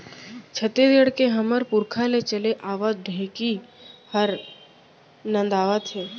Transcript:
छत्तीसगढ़ के हमर पुरखा ले चले आवत ढेंकी हर नंदावत हे